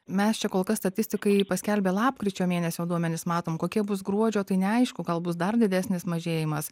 mes čia kol kas statistikai paskelbė lapkričio mėnesio duomenis matom kokie bus gruodžio tai neaišku gal bus dar didesnis mažėjimas